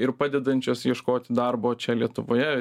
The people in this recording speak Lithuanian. ir padedančios ieškoti darbo čia lietuvoje